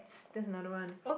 that's another one